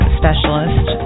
specialist